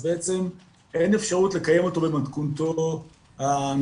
בעצם אין אפשרות לקיים אותו במתכונתו הנורמטיבית,